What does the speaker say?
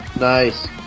Nice